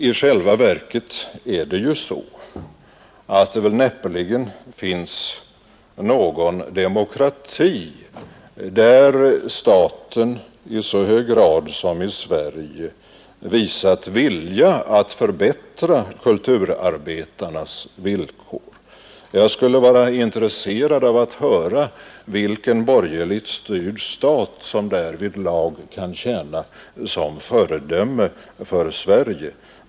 I själva verket finns det näppeligen någon demokrati, där staten i så hög grad som i Sverige har visat vilja att förbättra kulturarbetarnas villkor. Jag skulle vara intresserad av att höra vilken borgerligt styrd stat som därvidlag kan tjäna såsom föredöme för Sverige.